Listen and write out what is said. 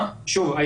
שוב,